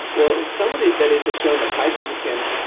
well some of these studies have shown that hydrogen can,